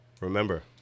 Remember